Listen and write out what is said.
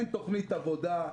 אין תכנית עבודה,